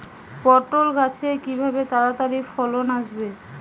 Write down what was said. পটল গাছে কিভাবে তাড়াতাড়ি ফলন আসবে?